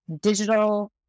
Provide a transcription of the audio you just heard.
digital